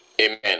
Amen